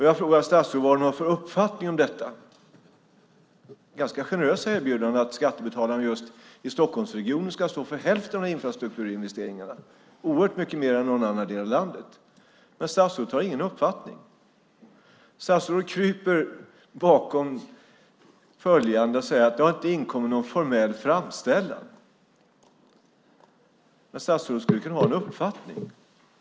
Jag frågar statsrådet vad hon har för uppfattning om detta ganska generösa erbjudande att skattebetalarna i Stockholmsregionen ska stå för hälften av infrastrukturinvesteringarna, oerhört mycket mer än i någon annan del av landet. Men statsrådet har ingen uppfattning. Statsrådet säger att det inte har inkommit någon formell framställan. Men statsrådet skulle ju kunna ha en uppfattning.